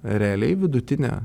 realiai vidutinė